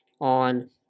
on